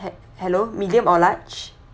hello medium or large